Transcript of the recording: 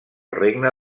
regne